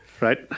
Right